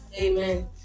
Amen